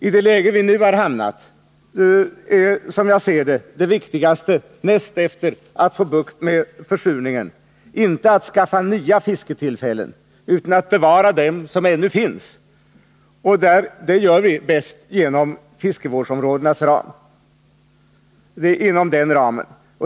I det läge vi nu hamnat är, som jag ser det, det viktigaste näst efter att få bukt med försurningen inte att skaffa nya fisketillfällen utan att bevara dem som ännu finns, och det gör vi bäst inom fiskevårdsområdenas ram.